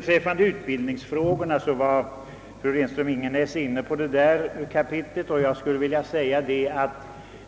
Fru Renström-Ingenäs var inne på utbildningsfrågorna, och jag skulle vilja påpeka att hon